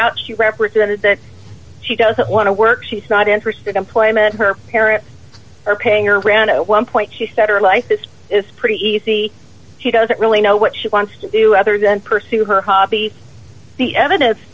throughout she represented that she doesn't want to work she's not interested employment her parents are paying around one point she said her life this is pretty easy she doesn't really know what she wants to do other than pursue her hobby the evidence